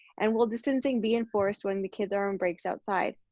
and will distancing be enforced when the kids are on breaks outside?